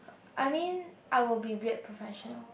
I mean I will be weird professional